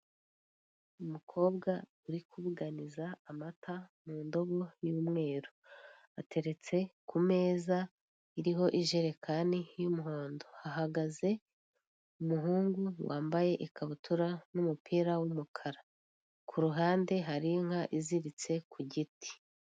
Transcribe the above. Umukobwa uri kubuganiza amata mu ndobo y'umweru, ateretse ku meza iriho ijerekani y'umuhondo, hahagaze umuhungu wambaye ikabutura n'umupira w'umukara, ku ruhande hari inka iziritse ku giti.